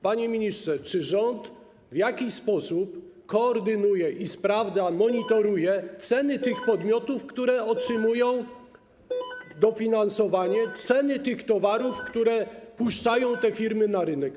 Panie ministrze, czy rząd w jakiś sposób koordynuje i sprawdza, monitoruje podmioty, które otrzymują dofinasowanie, ceny tych towarów, które wypuszczają te firmy na rynek?